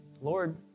Lord